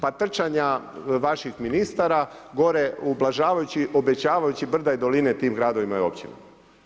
Pa trčanja vaših ministara gore ublažavajući, obećavajući brda i doline tim gradovima i općinama.